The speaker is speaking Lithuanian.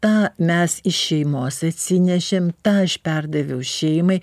tą mes iš šeimos atsinešėm tą perdaviau šeimai